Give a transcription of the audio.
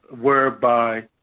whereby